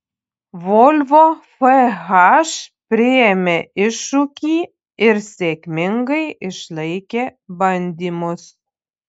volvo fh priėmė iššūkį ir sėkmingai išlaikė bandymus